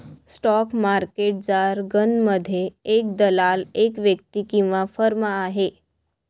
stock market जारगनमध्ये, एक दलाल एक व्यक्ती किंवा फर्म आहे